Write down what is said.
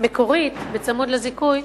המקורית צמוד לזיכוי,